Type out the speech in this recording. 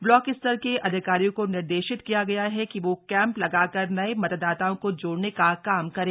block स्तर के अधिकारियों को निर्देशित किया गया है कि वह कैंप लगाकर नए मतदाताओं को जोड़ने का काम करें